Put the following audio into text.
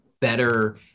better